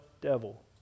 devil